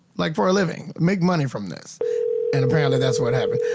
like for a living. make money from this and apparently that's what happened.